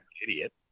idiot